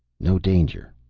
no danger,